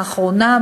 לאחרונה,